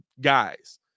guys